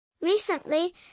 Recently